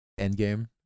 Endgame